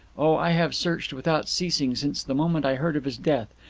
oh, i have searched without ceasing since the moment i heard of his death!